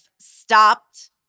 stopped